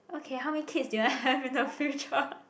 okay how many kids do you want to have in the future